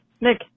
Nick